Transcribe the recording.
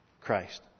Christ